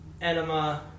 Enema